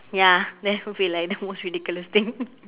ya that would be like the most ridiculous thing